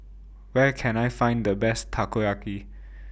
Where Can I Find The Best Takoyaki